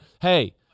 hey